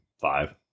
Five